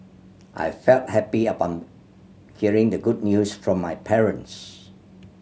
I felt happy upon hearing the good news from my parents